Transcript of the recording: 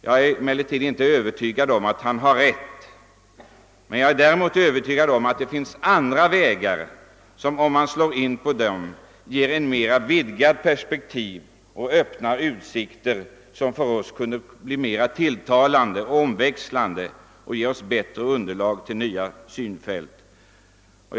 Jag är inte övertygad om att han har rätt. Däremot är jag övertygad om att det finns andra vägar, som, om vi slår in på dem, leder oss till ett mera vidgat perspektiv och öppnar utsikter som kan bli mera tilltalande och omväxlande för oss och ge oss ett bättre underlag för nya synvinklar.